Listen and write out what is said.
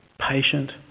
patient